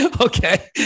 Okay